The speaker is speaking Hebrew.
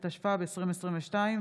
התשפ"ב 2022,